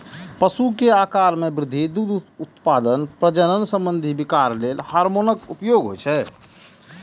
पशु के आाकार मे वृद्धि, दुग्ध उत्पादन, प्रजनन संबंधी विकार लेल हार्मोनक उपयोग होइ छै